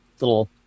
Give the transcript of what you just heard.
little